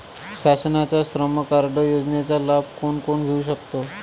शासनाच्या श्रम कार्ड योजनेचा लाभ कोण कोण घेऊ शकतो?